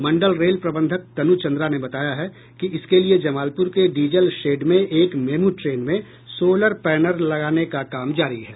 मंडल rail प्रबंधक तनु चन्द्रा ने बताया है कि इसके लिए जमालपुर के डीजल शेड में एक मेमू ट्रेन में सोलर पैनल लगाने का काम जारी है